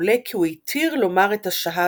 עולה כי הוא התיר לומר את השהאדה,